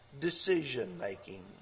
decision-making